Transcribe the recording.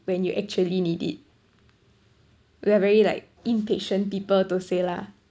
when you actually need it we're very like impatient people to say lah